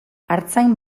artzain